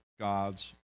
God's